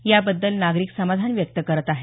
याबद्दल नागरिक समाधान व्यक्त करत आहेत